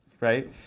right